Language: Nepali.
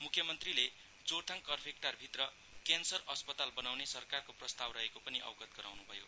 मुख्यमन्त्रीले जोरथाङ कर्फेकटार भित्र क्यान्सर अस्पताल बनाउने सरकारको प्रस्ताव रहेको पनि अवगत गराउनुभयो